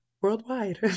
worldwide